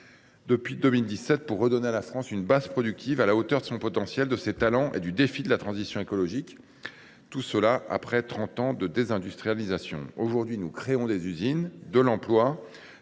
depuis 2017, pour redonner à la France une base productive à la hauteur de son potentiel, de ses talents et du défi de la transition écologique, après trente années de désindustrialisation. Aujourd’hui, nous créons des usines et de l’emploi.